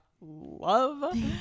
love